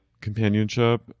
companionship